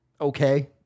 Okay